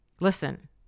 Listen